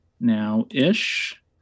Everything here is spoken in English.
now-ish